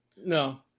No